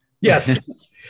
Yes